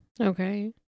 okay